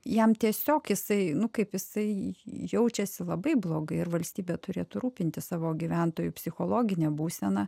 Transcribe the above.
jam tiesiog jisai nu kaip jisai jaučiasi labai blogai ir valstybė turėtų rūpintis savo gyventojų psichologine būsena